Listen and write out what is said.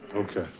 okay.